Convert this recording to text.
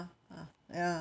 ah ya